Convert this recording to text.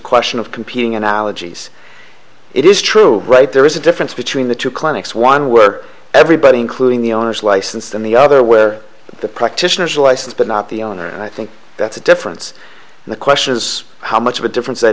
question of competing analogies it is true right there is a difference between the two clinics one were everybody including the owners licensed in the other where the practitioners license but not the owner and i think that's a difference the question is how much of a difference that